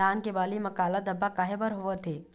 धान के बाली म काला धब्बा काहे बर होवथे?